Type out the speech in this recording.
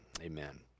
amen